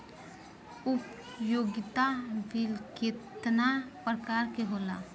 उपयोगिता बिल केतना प्रकार के होला?